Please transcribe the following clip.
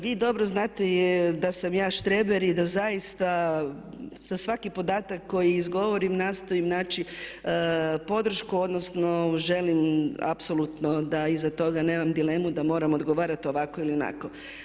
Vi dobro znate da sam ja štreber i da zaista za svaki podatak koji izgovorim nastojim naći podršku, odnosno želim apsolutno da iza toga nemam dilemu da moram odgovarat ovako ili onako.